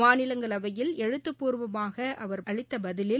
மாநிலங்களவையில் எழுத்துப்பூர்வமான அவர் அளித்த பதிலில்